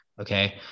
Okay